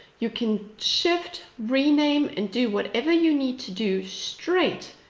you can shift, rename and do whatever you need to do straight